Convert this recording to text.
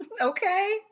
okay